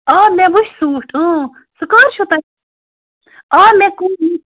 آ مےٚ وُچھ سوٗٹ اۭں سُہ کَر چھُو تۄہہِ آ مےٚ